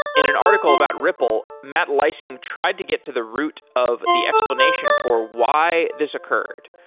in an article about ripple, matt leising tried to get to the root of the explanation for why this occurred.